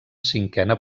cinquena